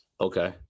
Okay